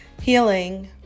Healing